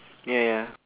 ya ya